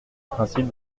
principe